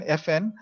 fn